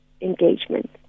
engagement